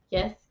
Yes